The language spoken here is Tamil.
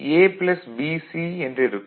A BC என்றிருக்கும்